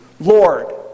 Lord